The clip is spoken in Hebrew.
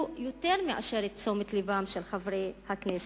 יותר מאשר את תשומת לבם של חברי הכנסת.